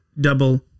double